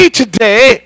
today